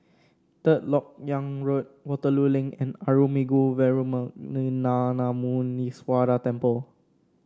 Third LoK Yang Road Waterloo Link and Arulmigu Velmurugan Gnanamuneeswarar Temple